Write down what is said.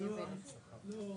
זה לא נמצא פה.